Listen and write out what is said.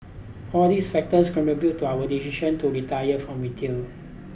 all these factors contributed to our decision to retire from retail